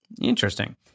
Interesting